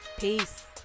Peace